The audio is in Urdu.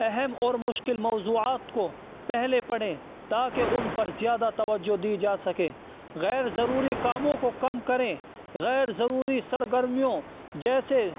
اہم اور مشکل موضوعات کو پہلے پڑھیں تاکہ ان پر زیادہ توجہ دی جا سکے غیرضروری کاموں کو کم کریں غیرضروری سرگرمیوں جیسے